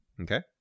Okay